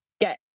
get